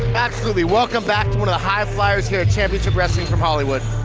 absolutely, welcome back to one of the highest fliers here at championship wrestling from hollywood.